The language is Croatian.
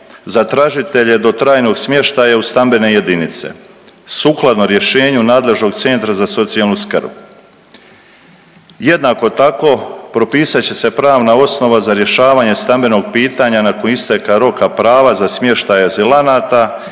za tražitelje do trajnog smještaja u stambene jedinice sukladno rješenju nadležnog centra za socijalnu skrb. Jednako tako propisat će se pravna osnova za rješavanje stambenog pitanja nakon isteka roka prava za smještaj azilanata